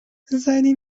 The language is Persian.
زنی